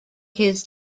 his